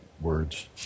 words